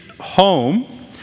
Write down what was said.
home